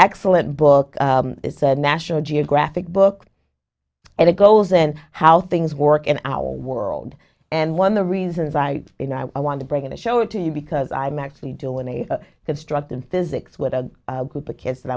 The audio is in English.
excellent book it's a national geographic book and it goes and how things work in our world and one the reasons why i want to bring in to show it to you because i'm actually doing a construct in physics with a group of kids that